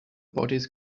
body